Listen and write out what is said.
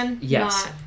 Yes